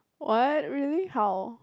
what really how